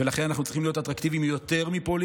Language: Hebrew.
ולכן אנחנו צריכים להיות אטרקטיביים יותר מפולין,